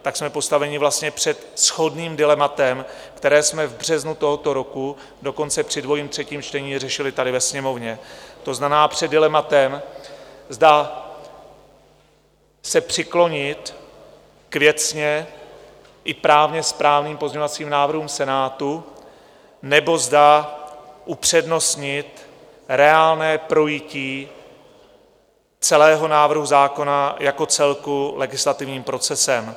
Tak jsme postaveni vlastně před shodné dilema, které jsme v březnu tohoto roku dokonce při dvojím třetím čtení řešili tady ve Sněmovně, to znamená před dilema, zda se přiklonit k věcně i právně správným pozměňovacím návrhům Senátu, nebo zda upřednostnit reálné projití celého návrhu zákona jako celku legislativním procesem.